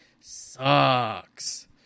sucks